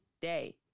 day